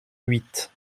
huit